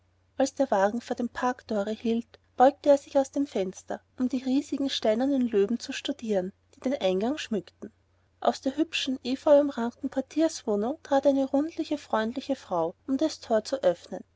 als der wagen vor dem parkthore hielt beugte er sich aus dem fenster um die riesigen steinernen löwen zu studieren die den eingang schmückten aus der hübschen epheuumrankten portierswohnung trat eine rundliche freundliche frau um das thor zu öffnen